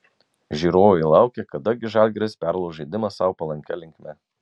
žiūrovai laukė kada gi žalgiris perlauš žaidimą sau palankia linkme